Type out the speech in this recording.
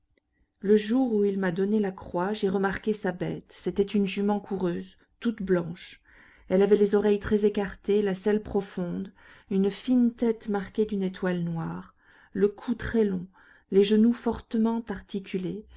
le jour où il m'a donné la croix j'ai remarqué sa bête c'était une jument coureuse toute blanche elle avait les oreilles très écartées la selle profonde une fine tête marquée d'une étoile noire le cou très long les genoux fortement articulés